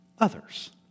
others